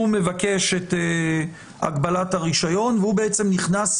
הוא מבקש את הגבלת הרישיון והוא בעצם נכנס